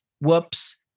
whoops